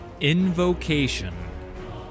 Invocation